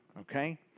okay